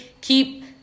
keep